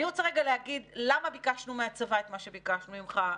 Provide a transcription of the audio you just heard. אני רוצה רגע להגיד למה ביקשנו מהצבא את מה שביקשנו ממך,